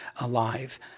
alive